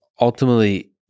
ultimately